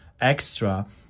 extra